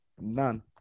none